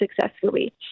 successfully